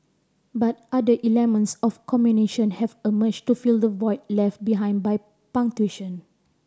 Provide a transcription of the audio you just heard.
but other of communication have emerged to fill the void left behind by punctuation